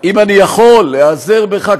אין להם זמן, אם אני יכול להיעזר בך.